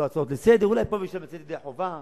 לא הצעות לסדר, אולי פה ושם לצאת ידי חובה.